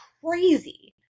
crazy